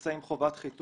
תצא עם חובת חיתום.